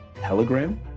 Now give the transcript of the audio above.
Telegram